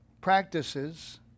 practices